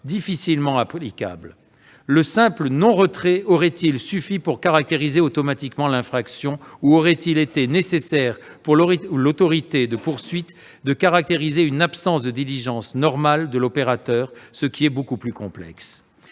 difficilement applicable. Le simple non-retrait suffit-il pour caractériser automatiquement l'infraction, ou est-il nécessaire pour l'autorité chargée de la poursuite de caractériser une absence de diligences normales de l'opérateur, ce qui est beaucoup plus complexe ?